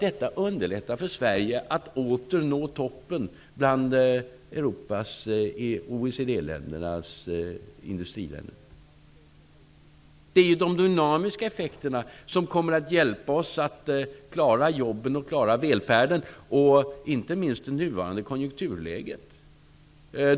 Det underlättar för Sverige att åter nå toppen bland Europas industriländer. Det är ju de dynamiska effekterna som kommer att hjälpa oss att klara jobben och välfärden och inte minst att komma ur det nuvarande konjunkturläget.